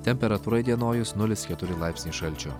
temperatūra įdienojus nulis keturi laipsniai šalčio